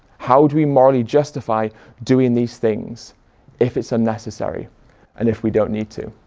how do we morally justify doing these things if it's unnecessary and if we don't need to?